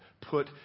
Put